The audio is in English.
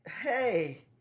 hey